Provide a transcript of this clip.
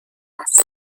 است